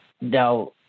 now